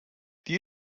die